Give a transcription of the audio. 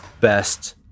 best